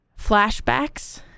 flashbacks